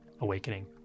awakening